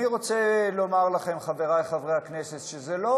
אני רוצה לומר לכם, חברי חברי הכנסת, שזו לא